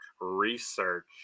Research